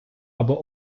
або